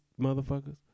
motherfuckers